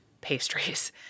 pastries